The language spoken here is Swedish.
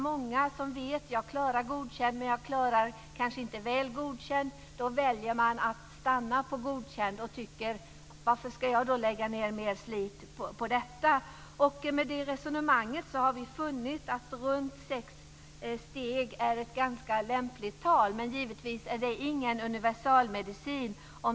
Många som vet att de klarar Godkänd men kanske inte Väl godkänd väljer att stanna på Godkänd och tänker: Varför ska jag lägga ned mer slit på detta? Med det resonemanget har vi funnit att runt sex steg är ett ganska lämpligt tal, men givetvis är det ingen universalmedicin.